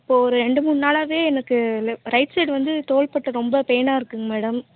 இப்போது ரெண்டுமூனு நாளாகவே எனக்கு ரைட் சைடு வந்து தோள்பட்டை வந்து ரொம்பவே பெயினாக இருக்குதுங்க மேடம்